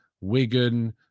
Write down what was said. Wigan